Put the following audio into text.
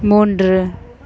persistent-noise-talking